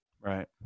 Right